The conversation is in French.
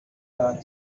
bon